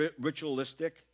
ritualistic